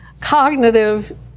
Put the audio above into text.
Cognitive